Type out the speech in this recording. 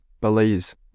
Belize